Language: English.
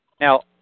Now